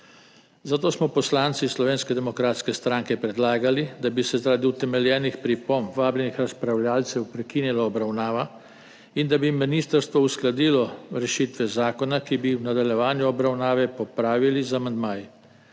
Zato smo poslanci Slovenske demokratske stranke predlagali, da bi se zaradi utemeljenih pripomb vabljenih razpravljavcev prekinila obravnava in da bi ministrstvo uskladilo rešitve zakona, ki bi jih v nadaljevanju obravnave popravili z amandmaji.